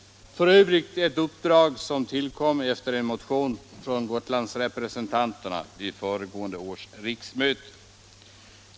Det är f. ö. ett uppdrag som tillkom efter en motion från Gotlandsrepresentanterna vid föregående års riksmöte.